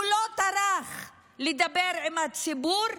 הוא לא טרח לדבר עם הציבור,